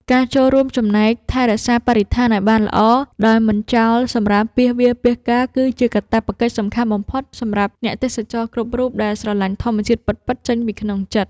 ការចូលរួមចំណែកថែរក្សាបរិស្ថានឱ្យបានល្អដោយមិនចោលសម្រាមពាសវាលពាសកាលគឺជាកាតព្វកិច្ចសំខាន់បំផុតសម្រាប់អ្នកទេសចរគ្រប់រូបដែលស្រឡាញ់ធម្មជាតិពិតៗចេញពីក្នុងចិត្ត។